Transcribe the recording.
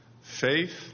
Faith